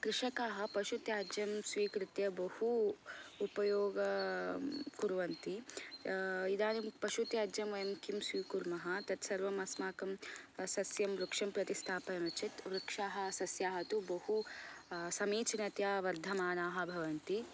कृषकाः पशुत्याज्यं स्वीकृत्य बहु उपयोगं उपयोगं कुर्वन्ति इदानिम् पशुत्याज्यं वयं किं स्वीकुर्मः तत् सर्वम् अस्माकं सस्यं वृक्षं प्रति स्थापयामः चेत् वृक्षाः सस्याः तु बहु समीचिनतया वर्धमानाः भवन्ति